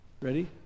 Ready